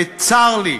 וצר לי,